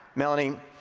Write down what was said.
melanie,